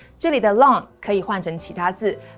这里的long可以换成其他字